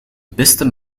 beste